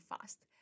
fast